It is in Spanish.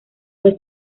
fue